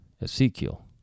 Ezekiel